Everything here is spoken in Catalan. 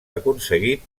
aconseguit